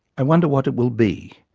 i wonder what it will be,